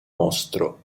mostro